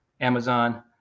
Amazon